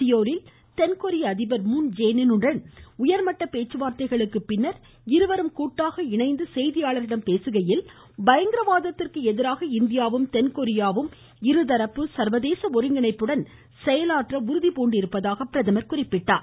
சியோலில் தென் கொரிய அதிபர் மூன் ஜே இன் உடன் உயர்மட்ட இணைந்து பேச்சுவார்த்தைகளுக்குப் பின்னர் இருவரும் கூட்டாக செய்தியாளர்களிடம் பேசுகையில் பயங்கரவாதத்திற்கு எதிராக இந்தியாவும் தென் கொரியாவும் இருதரப்பு மற்றும் சர்வதேச ஒருங்கிணைப்புடன் செயலாற்ற உறுதி பூண்டிருப்பதாக பிரதமர் குறிப்பிட்டார்